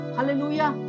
Hallelujah